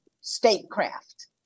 statecraft